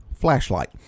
flashlight